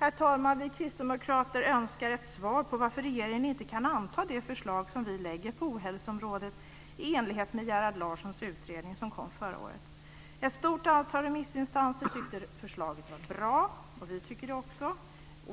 Herr talman! Vi kristdemokrater önskar ett svar på varför regeringen inte kan anta det förslag som vi lägger fram på ohälsoområdet i enlighet med Gerhard Larssons utredning från förra året. Ett stort antal remissinstanser tyckte att förslaget var bra, och det tycker också vi.